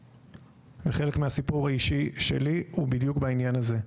חלק מהסיפור האישי שלי הוא בדיוק בעניין הזה.